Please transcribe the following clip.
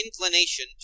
inclination